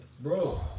Bro